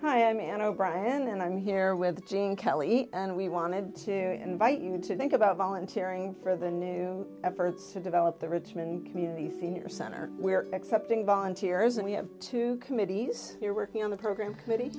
hi i'm an o'brien and i'm here with gene kelly and we wanted to invite you to think about volunteering for the new efforts to develop the richmond community senior center we are accepting volunteers and we have two committees here working on the program committee